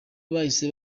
bahise